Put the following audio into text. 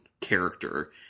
character